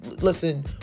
listen